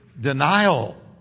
denial